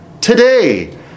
today